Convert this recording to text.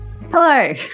Hello